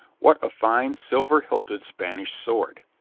what a fine, silver-hilted spanish sword!